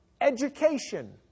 Education